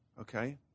Okay